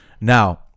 Now